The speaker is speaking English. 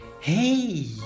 Hey